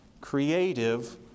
creative